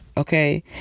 Okay